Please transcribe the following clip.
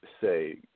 say